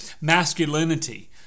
Masculinity